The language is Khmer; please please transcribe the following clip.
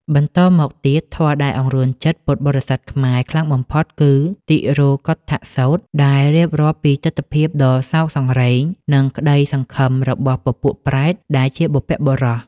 បន្តមកទៀត ធម៌ដែលអង្រួនចិត្តពុទ្ធបរិស័ទខ្មែរខ្លាំងបំផុតគឺ តិរោកុឌ្ឍសូត្រ ដែលរៀបរាប់ពីទិដ្ឋភាពដ៏សោកសង្រេង និងក្ដីសង្ឃឹមរបស់ពពួកប្រេតដែលជាបុព្វបុរស។